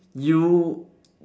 you